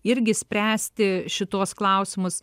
irgi spręsti šituos klausimus